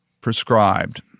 prescribed